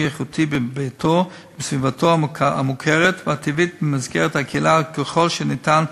איכותי בביתו ובסביבתו המוכרת והטבעית במסגרת הקהילה ככל שניתן,